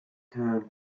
turn